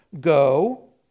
go